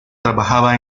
trabajaba